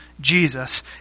Jesus